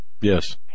Yes